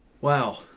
wow